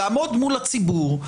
יעמוד מול הציבור,